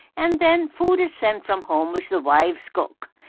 and then food is sent from home, which the wives cook.